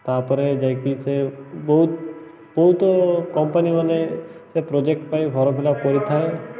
ତାପରେ ଯାଇକି ସେ ବହୁତ ବହୁତ କମ୍ପାନୀମାନ ସେ ପ୍ରୋଜେକ୍ଟ ପାଇଁ ଫର୍ମ ଫିଲପ୍ କରିଥାଏ